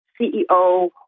CEO